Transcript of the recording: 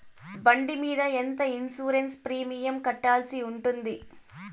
బండి మీద ఎంత ఇన్సూరెన్సు ప్రీమియం కట్టాల్సి ఉంటుంది?